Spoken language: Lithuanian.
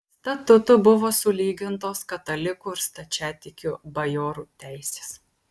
statutu buvo sulygintos katalikų ir stačiatikių bajorų teisės